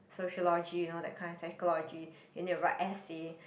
sociology you know that kind psychology you need to write essay